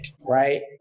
right